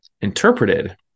interpreted